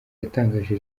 yatangaje